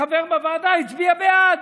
חבר בוועדה, הצביע בעד.